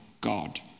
God